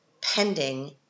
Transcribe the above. pending